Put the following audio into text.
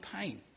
pain